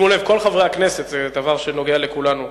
כל חברי הכנסת, שימו לב, זה דבר שנוגע לכולנו: